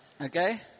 Okay